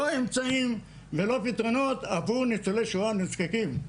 לא אמצעים ולא פתרונות עבור ניצולי שואה נזקקים.